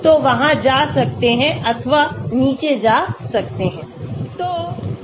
तो वहाँ जा सकता है अथवा नीचे जा सकता है